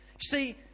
See